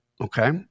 Okay